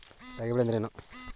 ರಾಬಿ ಬೆಳೆ ಎಂದರೇನು?